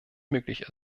möglich